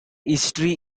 history